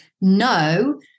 no